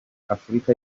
afurika